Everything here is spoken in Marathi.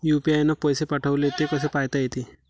यू.पी.आय न पैसे पाठवले, ते कसे पायता येते?